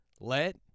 Let